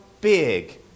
big